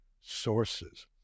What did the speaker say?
sources